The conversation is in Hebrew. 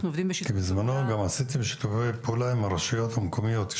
בזמנו עשיתם גם שיתופי פעולה עם הרשויות המקומיות,